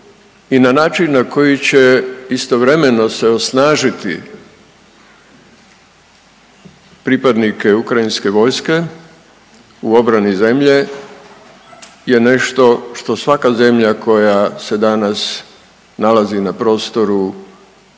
i na način na koji će istovremeno se osnažiti pripadnike ukrajinske vojske u obrani zemlje je nešto što svaka zemlja koja se danas nalazi na prostoru